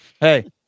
Hey